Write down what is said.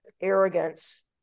arrogance